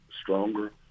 stronger